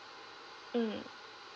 mm